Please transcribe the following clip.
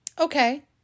Okay